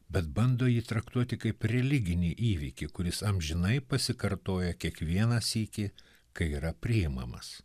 bet bando jį traktuoti kaip religinį įvykį kuris amžinai pasikartoja kiekvieną sykį kai yra priimamas